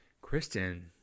Kristen